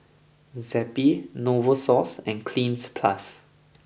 Zappy Novosource and Cleanz plus